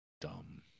dumb